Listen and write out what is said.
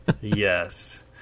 yes